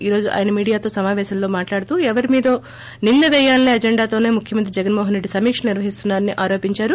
ఈ రోజు ఆయన మీడియాతో సమాపేశంలో మాట్లాడుతూ ఎవరి మీదో నింద పేయాలసే అజెండాతోనే ముఖ్యమంత్రి జగన్ మోహన్ రెడ్డి సమీక్షలు నిర్వహిస్తున్నారని ఆరోపించారు